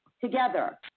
together